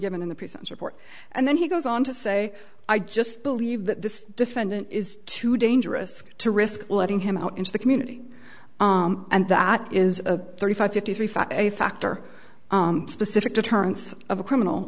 given in the prisons report and then he goes on to say i just believe that this defendant is too dangerous to risk letting him out into the community and that is a thirty five fifty three fact a factor specific deterrence of a criminal